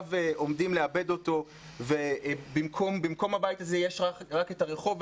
הם עומדים לאבד אותו כאשר במקום הבית הזה יש רק את הרחוב.